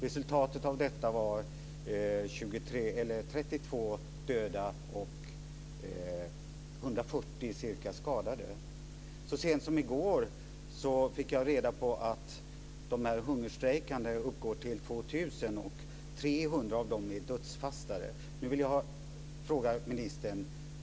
Resultatet av detta var 32 döda och ca 140 skadade. Så sent som i går fick jag reda på att de hungerstrejkande uppgår till 2 000, och 300 av dem är dödsfastare.